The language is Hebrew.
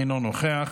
אינו נוכח,